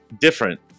different